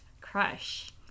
crush